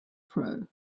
pro